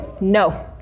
No